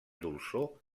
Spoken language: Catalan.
dolçor